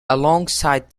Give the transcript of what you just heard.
alongside